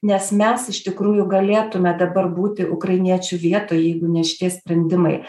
nes mes iš tikrųjų galėtume dabar būti ukrainiečių vietoj jeigu ne šitie sprendimai